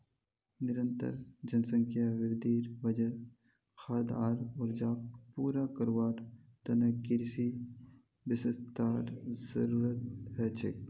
निरंतर जनसंख्या वृद्धिर वजह खाद्य आर ऊर्जाक पूरा करवार त न कृषि विस्तारेर जरूरत ह छेक